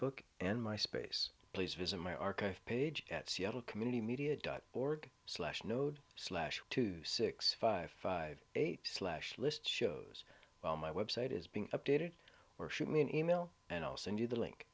facebook and my space please visit my archive page at seattle community media dot org slash node slash two six five five eight slash list shows while my website is being updated or shoot me an email and i'll send you the link